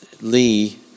Lee